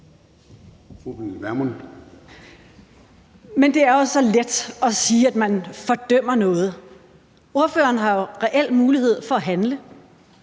Det er så let at sige, at man fordømmer noget. Ordføreren har jo reelt mulighed for at handle.